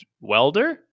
welder